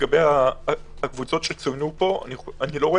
לגבי הקבוצות שצוינו פה - אני לא רואה